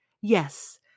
Yes